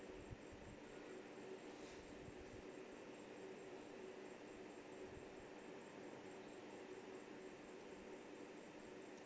tape